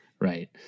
Right